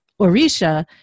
Orisha